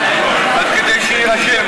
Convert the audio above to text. אז כדי שיירשם,